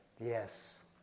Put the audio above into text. yes